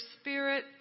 spirit